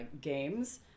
games